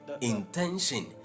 intention